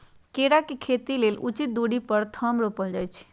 केरा के खेती लेल उचित दुरी पर थम रोपल जाइ छै